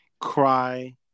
cry